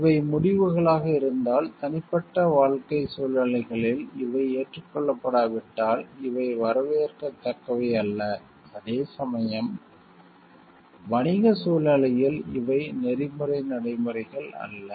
இவை முடிவுகளாக இருந்தால் தனிப்பட்ட வாழ்க்கை சூழ்நிலைகளில் இவை ஏற்றுக்கொள்ளப்படாவிட்டால் இவை வரவேற்கத்தக்கவை அல்ல அதே சமயம் வணிக சூழ்நிலையில் இவை நெறிமுறை எதிக்ஸ் நடைமுறைகள் அல்ல